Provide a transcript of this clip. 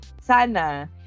sana